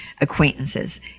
acquaintances